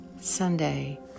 Sunday